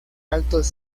altos